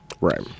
Right